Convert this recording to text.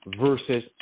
versus